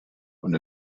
und